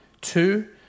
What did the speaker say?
Two